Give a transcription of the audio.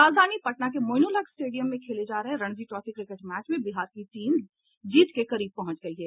राजधानी पटना के मोईनुलहक स्टेडियम में खेले जा रहे रणजी ट्रॉफी क्रिकेट मैच में बिहार की टीम जीत के करीब पहुंच गयी है